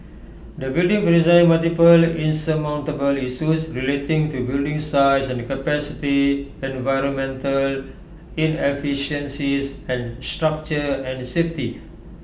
the building presents multiple insurmountable issues relating to building size and capacity the environmental inefficiencies and structure and safety